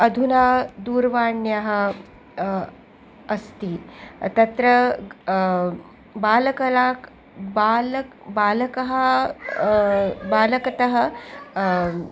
अधुना दूरवाण्यः अस्ति तत्र बालकला बालकः बालकः बालकथा